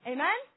Amen